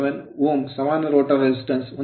07 Ω ಸಮಾನ rotor resistance ಪ್ರತಿರೋಧವನ್ನು ಹೊಂದಿದೆ